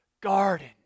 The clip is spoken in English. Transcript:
garden